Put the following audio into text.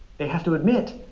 they have to admit,